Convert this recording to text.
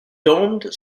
domed